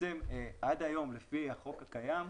עד היום, לפי החוק הקיים,